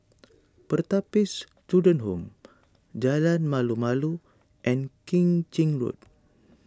Pertapis Children Home Jalan Malu Malu and Keng Chin Road